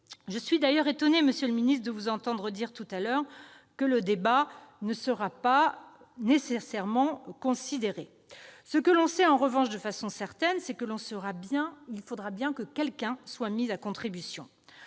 Je suis d'ailleurs étonnée, monsieur le ministre d'État, de vous avoir précédemment entendu dire que le débat ne serait pas nécessairement considéré ... Ce que l'on sait en revanche de façon certaine, c'est qu'il faudra bien que quelqu'un soit mis à contribution.